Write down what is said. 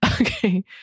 Okay